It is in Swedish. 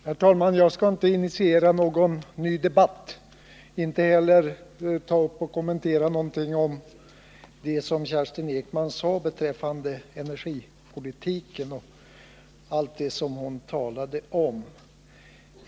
Herr talman! Jag skall inte initiera någon ny debatt, inte heller kommentera något av det som Kerstin Ekman sade beträffande bl.a. energipolitiken.